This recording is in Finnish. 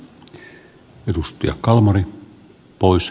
arvoisa puhemies